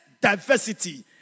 diversity